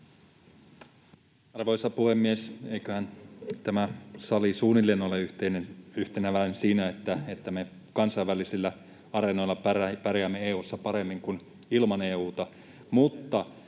Arvoisa puhemies! Eiköhän tämä sali ole suunnilleen yhteneväinen siinä, että me kansainvälisillä areenoilla pärjäämme paremmin EU:ssa kuin ilman EU:ta.